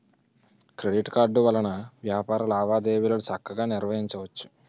credit card వలన వ్యాపార లావాదేవీలు చక్కగా నిర్వహించవచ్చు